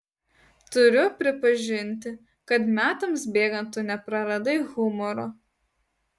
turiu pripažinti kad metams bėgant tu nepraradai humoro